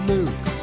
Luke